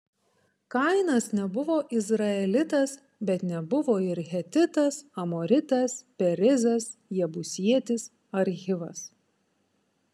kainas nebuvo izraelitas bet nebuvo ir hetitas amoritas perizas jebusietis ar hivas